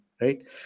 right